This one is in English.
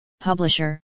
publisher